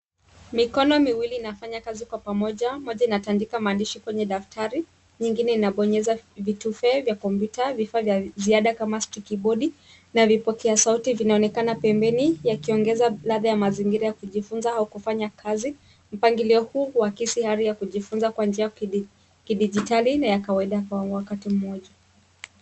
mikono miwili inafanya kazi kwa pamoja, moja inatandika maandishi kwenye daftrai, nyingine inabonyeza vitufe v ta kompyuta. Vifaa kwa kiada kama stikibodi na vipokea sauti vinaonekana pembeni yakiongeza ladha ya mazingira ya kujifunza au kufanya kazi. Mpangilio huu huakisi hali ya kujifunza kwa njia ya kidijitali na ya kawaida kwa wakati mmoja.